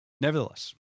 Nevertheless